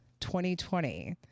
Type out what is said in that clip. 2020